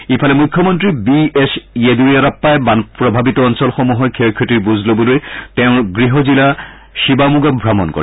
ইফালে মুখ্যমন্ত্ৰী B S য়েডিয়ুৰাপ্পাই বান প্ৰভাৱিত অঞ্চলসমূহৰ ক্ষয় ক্ষতিৰ বুজ লবলৈ তেওঁৰ গৃহ জিলা শিবামোগা ভ্ৰমণ কৰে